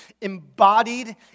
embodied